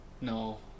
No